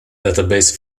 database